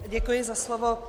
Děkuji za slovo.